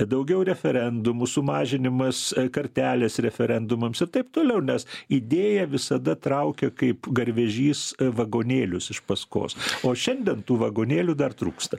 daugiau referendumų sumažinimas kartelės referendumams ir taip toliau nes idėja visada traukia kaip garvežys vagonėlius iš paskos o šiandien tų vagonėlių dar trūksta